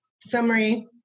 summary